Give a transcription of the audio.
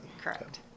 correct